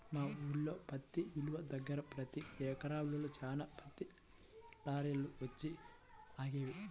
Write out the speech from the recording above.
మా ఊల్లో పత్తి మిల్లు దగ్గర ప్రతి ఎండాకాలంలో చాలా పత్తి లారీలు వచ్చి ఆగేవి